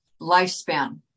lifespan